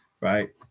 right